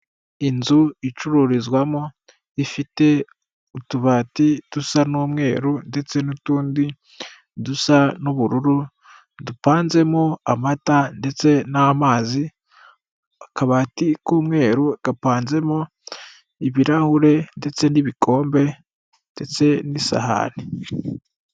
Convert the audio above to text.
Inzu icururizwamo ifite utubati dusa n'umweru ndetse n'utundi dusa n'ubururu dupanzemo amata ndetse n'amazi akabati k'umweru kapanzemo ibirahure ndetse n'ibikombe ndetse n'isahani.